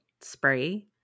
spray